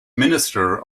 minister